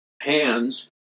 hands